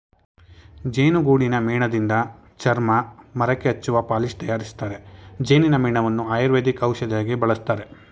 ಜೇನುಗೂಡಿನ ಮೇಣದಿಂದ ಚರ್ಮ, ಮರಕ್ಕೆ ಹಚ್ಚುವ ಪಾಲಿಶ್ ತರಯಾರಿಸ್ತರೆ, ಜೇನಿನ ಮೇಣವನ್ನು ಆಯುರ್ವೇದಿಕ್ ಔಷಧಿಯಾಗಿ ಬಳಸ್ತರೆ